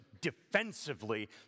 defensively